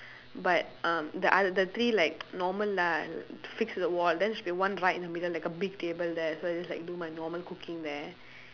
but uh the oth~ the three like normal lah fix the wall then should be one right in the middle like a big table there so I just like do my normal cooking there